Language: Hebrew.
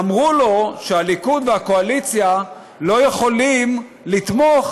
אמרו לו שהליכוד והקואליציה לא יכולים לתמוך